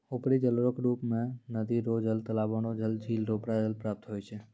उपरी जलरो रुप मे नदी रो जल, तालाबो रो जल, झिल रो जल प्राप्त होय छै